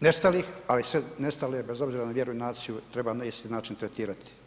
nestalih, ali sve nestale, bez obzira na vjeru i naciju, treba na isti način tretirati.